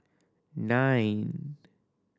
nine